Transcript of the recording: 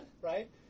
right